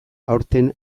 aurten